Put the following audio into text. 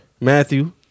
Matthew